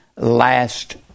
last